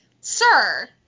sir